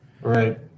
Right